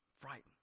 frightened